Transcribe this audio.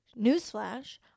newsflash